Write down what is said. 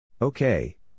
Okay